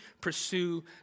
pursue